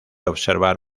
observar